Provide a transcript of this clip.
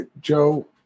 Joe